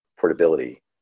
portability